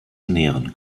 ernähren